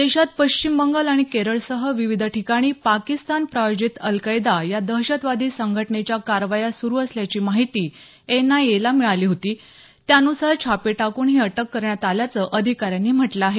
देशात पश्चिम बंगाल आणि केरळसह विविध ठिकाणी पाकिस्तान प्रायोजित अलकैदा या दहशतवादी संघटनेच्या कारवाया सुरू असल्याची माहिती एनआयएला मिळाली होती त्यानुसार छापे टाकून ही अटक करण्यात आल्याचं अधिकाऱ्यांनी म्हटलं आहे